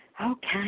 Okay